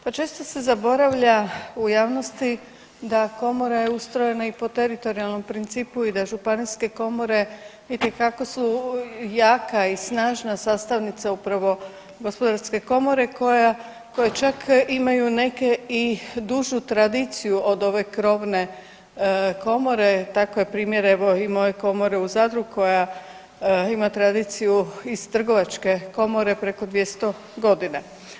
Pa često se zaboravlja u javnosti da Komora je ustrojena i po teritorijalnom principu i da županijske komore itekako su jaka i snažna sastavnica upravo Gospodarske komora koja čak imaju neke i dužu tradiciju od ove krovne komore, takav primjer, evo, i moje komore u Zadru koja ima tradiciju iz trgovačke komore preko 200 godina.